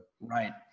right